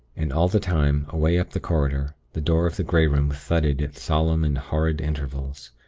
and all the time, away up the corridor, the door of the grey room thudded at solemn and horrid intervals.